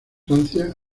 francia